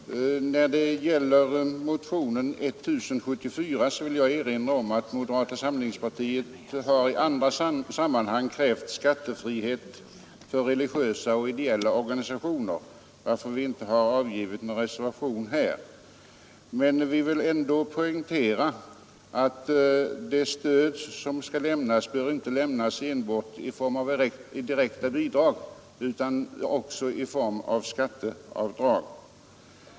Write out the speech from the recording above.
Fru talman! När det gäller motionen 1074 vill jag erinra om att moderata samlingspartiet i andra sammanhang har krävt skattefrihet för religiösa och ideella organisationer varför vi inte har avgivit någon reservation här. Vi vill ändå poängtera att det stöd som skall lämnas inte enbart bör bestå av direkta bidrag utan också av skatteavdrag.